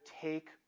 take